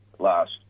last